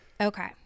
Okay